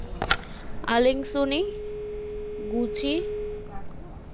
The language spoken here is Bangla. Allen Solly Sony Gucci